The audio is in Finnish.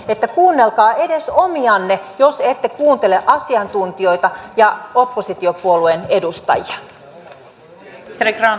että kuunnelkaa edes omianne jos ette kuuntele asiantuntijoita ja oppositiopuolueen edustajia